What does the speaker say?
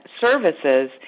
services